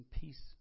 peace